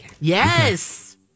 Yes